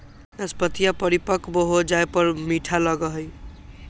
नाशपतीया परिपक्व हो जाये पर मीठा लगा हई